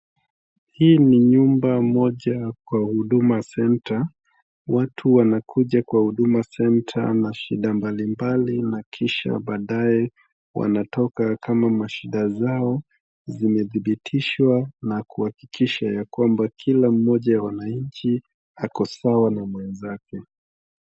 Hii ni nyumba moja kwa huduma center watu wanakuja kwa huduma center na shida mbalimbali na kisha badaye wanatoka kama mashida zao zimedhibitishwa na kuhakikisha ya kwamba kila mmoja ya wananchi ako sawa na mwenzake.